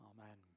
Amen